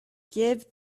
give